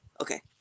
Okay